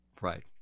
right